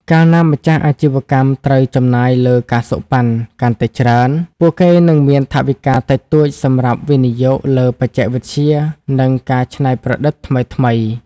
កាលណាម្ចាស់អាជីវកម្មត្រូវចំណាយលើ ការសូកប៉ាន់ កាន់តែច្រើន ពួកគេនឹងមានថវិកាតិចតួចសម្រាប់វិនិយោគលើបច្ចេកវិទ្យា និងការច្នៃប្រឌិតថ្មីៗ។